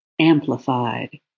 amplified